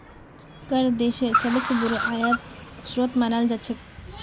कर देशेर सबस बोरो आय स्रोत मानाल जा छेक